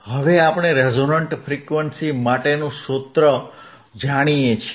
હવે આપણે resonant frequency માટેનું સૂત્ર જાણીએ છીએ